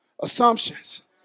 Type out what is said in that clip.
assumptions